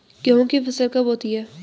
गेहूँ की फसल कब होती है?